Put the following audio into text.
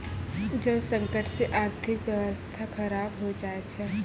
जल संकट से आर्थिक व्यबस्था खराब हो जाय छै